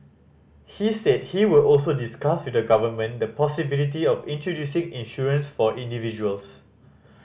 she said he would also discuss with the government the possibility of introducing insurance for individuals